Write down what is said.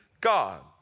God